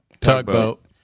Tugboat